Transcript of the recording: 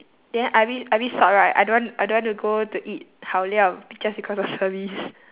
then I bit I bit sot right I don't want I don't want to go to eat 好料 just because of service